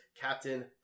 Captain